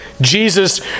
Jesus